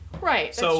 Right